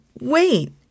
Wait